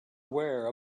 aware